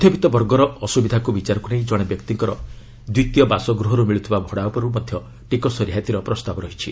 ମଧ୍ୟବିତ୍ତ ବର୍ଗର ଅସୁବିଧାକୁ ବିଚାରକୁ ନେଇ ଜଣେ ବ୍ୟକ୍ତିଙ୍କର ଦ୍ୱିତୀୟ ବାସଗୃହରୁ ମିଳୁଥିବା ଭଡ଼ା ଉପରୁ ମଧ୍ୟ ଟିକସ ରିହାତିର ପ୍ରସ୍ତାବ ରହିଛି